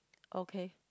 okay